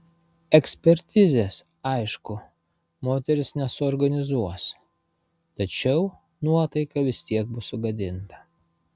ekspertizės aišku moteris nesuorganizuos tačiau nuotaika vis tiek bus sugadinta